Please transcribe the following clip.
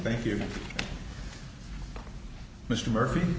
thank you mr murphy